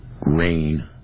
rain